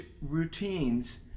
routines